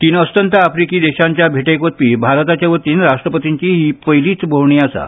तीन अस्तंत आफ्रिकी देशांचे भेटेक वचपी भारता वतीन राष्ट्रपतींची ही पयलीच भोंवडी आसा